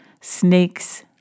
snakes